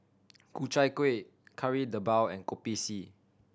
Ku Chai Kuih Kari Debal and Kopi C